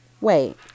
Wait